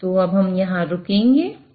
इसलिए हम यहां रुकेंगे